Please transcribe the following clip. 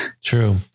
True